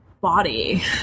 body